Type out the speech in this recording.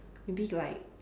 maybe like